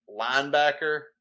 linebacker